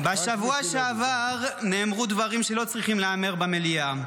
-- בשבוע שעבר נאמרו דברים שלא צריכים להיאמר במליאה.